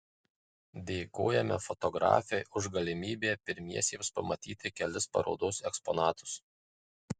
dėkojame fotografei už galimybę pirmiesiems pamatyti kelis parodos eksponatus